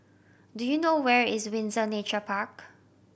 do you know where is Windsor Nature Park